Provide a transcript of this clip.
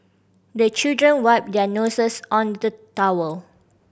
the children wipe their noses on the towel